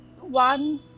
one